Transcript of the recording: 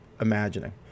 imagining